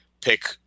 pick